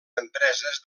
empreses